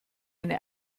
eine